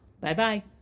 Bye-bye